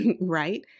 right